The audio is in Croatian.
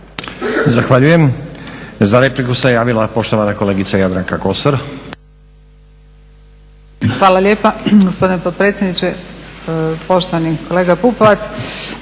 Zahvaljujem. Za repliku se javila poštovana kolegica Jadranka Kosor.